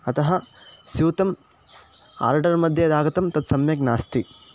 अतः स्यूतम् आर्डर् मध्ये यदागतं तत् सम्यक् नास्ति